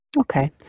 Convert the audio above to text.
Okay